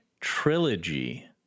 trilogy